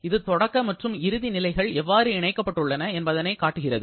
இது தொடக்க மற்றும் இறுதி நிலைகள் எவ்வாறு இணைக்கப்பட்டுள்ளன என்பதை காட்டுகிறது